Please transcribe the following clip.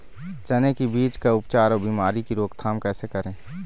चने की बीज का उपचार अउ बीमारी की रोके रोकथाम कैसे करें?